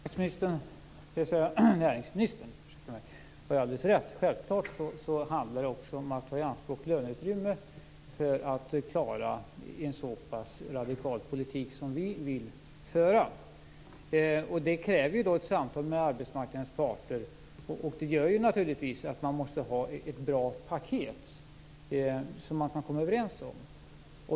Herr talman! Näringsministern har alldeles rätt. Självklart handlar det också om att ta i anspråk löneutrymme för att klara en så pass radikal politik som vi vill föra. Det kräver ett samtal med arbetsmarknadens parter. Det gör naturligtvis att man måste ha ett bra paket som man kan komma överens om.